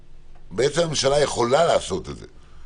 הממשלה יכולה לעשות את זה.